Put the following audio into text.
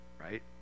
Right